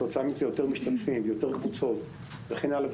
וכתוצאה מכך יותר משתתפים ויותר קבוצות וכן הלאה,